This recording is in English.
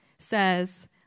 says